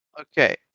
Okay